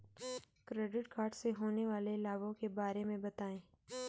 Credit card से होने वाले लाभों के बारे में बताएं?